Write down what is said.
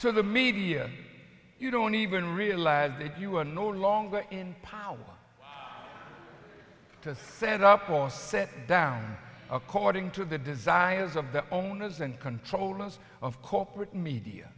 to the media you don't even realize that you are no longer in power to set up or set down according to the desires of the owners and control most of corporate media